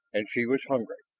and she was hungry.